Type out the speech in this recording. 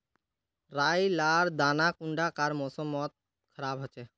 राई लार दाना कुंडा कार मौसम मोत खराब होचए?